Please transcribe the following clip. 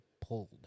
pulled